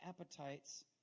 appetites